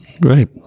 Right